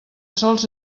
sols